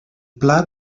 pla